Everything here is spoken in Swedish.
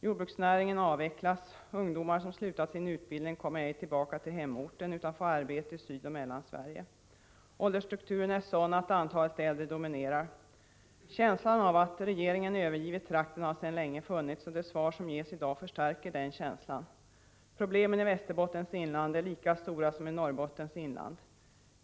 Jordbruksnäringen avvecklas, ungdomar som slutat sin utbildning kommer ej tillbaka till hemorten utan får arbete i Sydoch Mellansverige. Åldersstrukturen är sådan att antalet äldre dominerar. Känslan av att regeringen övergivit trakten har sedan länge funnits, och det svar som ges i dag förstärker den känslan. Problemen i Västerbottens inland är lika stora som i Norrbottens inland.